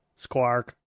squark